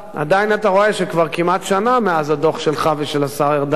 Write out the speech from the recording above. עדיין אתה רואה שכבר כמעט שנה מאז הדוח שלך ושל השר ארדן,